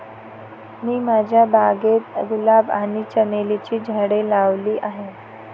मी माझ्या बागेत गुलाब आणि चमेलीची झाडे लावली आहे